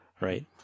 right